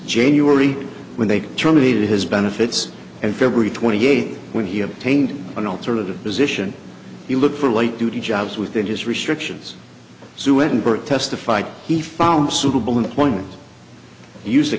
january when they terminated his benefits and february twenty eighth when he obtained an alternative position he looked for light duty jobs within his restrictions sue in burke testified he found suitable employment use the